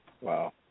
Wow